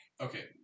Okay